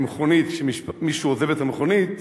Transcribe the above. במכונית, כשמישהו עוזב את המכונית